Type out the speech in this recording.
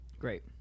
Great